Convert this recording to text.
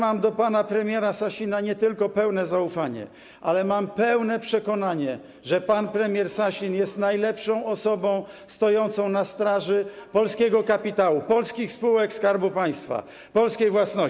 Ja mam do pana premiera Sasina nie tylko pełne zaufanie, ale mam pełne przekonanie, że pan premier Sasin jest najlepszą osobą stojącą na straży polskiego kapitału, polskich spółek Skarbu Państwa, polskiej własności.